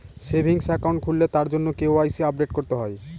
savings account খুললে তার জন্য কে.ওয়াই.সি আপডেট করতে হয়